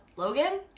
Logan